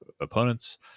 opponents